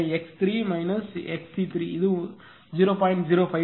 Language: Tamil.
எனவே x3 xc3 இது 0